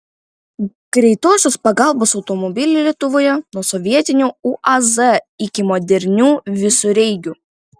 greitosios pagalbos automobiliai lietuvoje nuo sovietinių uaz iki modernių visureigių